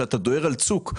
אתה דוהר על צוק.